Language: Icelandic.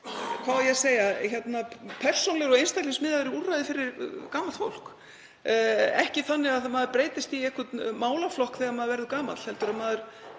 með fjölbreyttari, persónulegri og einstaklingsmiðaðri úrræði fyrir gamalt fólk. Ekki þannig að maður breytist í einhvern málaflokk þegar maður verður gamall heldur að maður